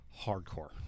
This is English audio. Hardcore